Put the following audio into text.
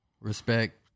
respect